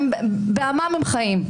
בעמם הם חיים,